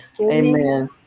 Amen